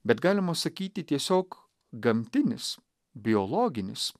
bet galima sakyti tiesiog gamtinis biologinis